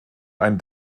ein